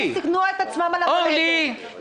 אדוני.